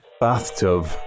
bathtub